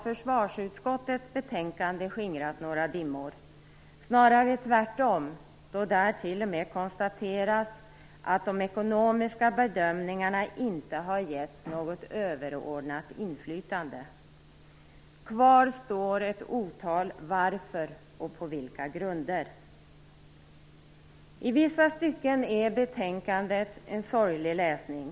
Försvarsutskottets betänkande har inte heller skingrat några dimmor, snarare tvärtom då där t.o.m. konstateras att de ekonomiska bedömningarna inte har getts något överordnat inflytande. Kvar står ett otal frågor om varför och på vilka grunder. I vissa stycken är betänkandet en sorglig läsning.